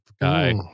guy